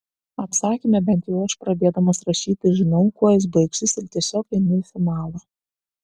apsakyme bent jau aš pradėdamas rašyti žinau kuo jis baigsis ir tiesiog einu į finalą